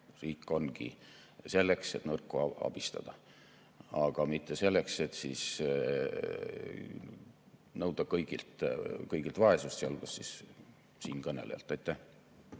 Riik ongi selleks, et nõrku abistada, aga mitte selleks, et nõuda kõigilt vaesust, sealhulgas siinkõnelejalt. Aitäh!